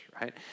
right